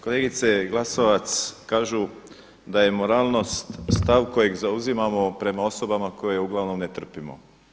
Kolegice Glasovac kažu da je moralnost stav kojeg zauzimamo prema osobama koje uglavnom ne trpimo.